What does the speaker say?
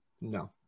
No